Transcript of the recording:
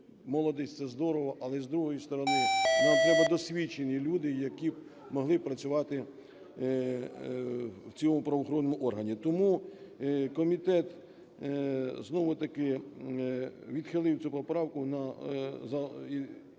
молодий – це здорово, але, з другої сторони, нам треба досвідчені люди, які б могли працювати в цьому правоохоронному органі. Тому комітет знову-таки відхилив цю поправку